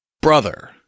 Brother